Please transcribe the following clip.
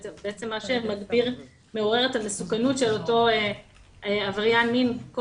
מה שמעורר את המסוכנות של אותו עבריין מין,